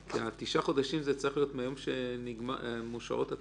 תשעה חודשים זה צריך להיות מיום אישור התקנות,